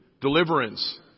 deliverance